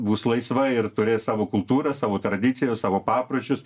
bus laisva ir turės savo kultūrą savo tradicijas savo papročius